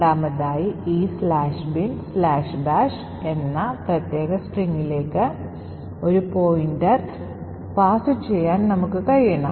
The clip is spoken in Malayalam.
രണ്ടാമതായി ഈ "binbash" എന്ന പ്രത്യേക സ്ട്രിംഗിലേക്ക് ഒരു പോയിന്റർ കൈമാറാൻ നമുക്ക് കഴിയണം